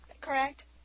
correct